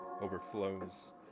overflows